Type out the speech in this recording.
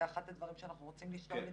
זה אחד הדברים שאנחנו רוצים לשאול את